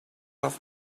have